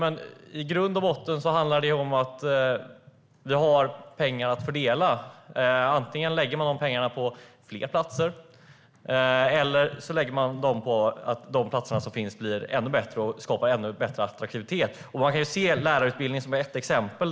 Men i grund och botten handlar det om att vi har pengar att fördela, och antingen lägger man de pengarna på fler platser eller också lägger man pengarna på att de platser som finns ska bli ännu bättre och därmed attraktivare. Man kan se lärarutbildningen som ett exempel.